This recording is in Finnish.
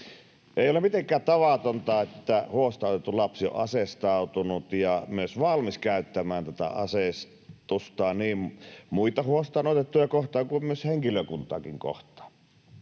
Ei ole mitenkään tavatonta, että huostaanotettu lapsi on aseistautunut ja myös valmis käyttämään tätä aseistustaan niin muita huostaanotettuja kohtaan kuin myös henkilökuntaakin kohtaan.